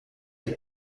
die